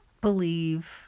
believe